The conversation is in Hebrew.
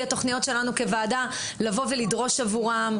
התוכניות שלנו כוועדה לבוא ולדרוש עבורם,